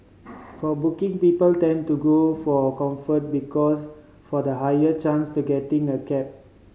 for booking people tend to go for Comfort because for the higher chance to getting a cab